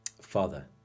Father